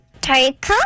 Take